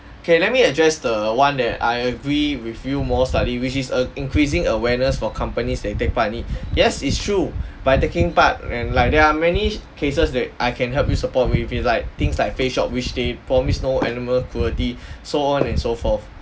K let me address the one that I agree with you more slightly which is uh increasing awareness for companies that take part in it yes it's true by taking part and like there are many cases that I can help you support with it like things like face shop which they promise no animal cruelty so on and so forth